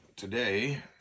Today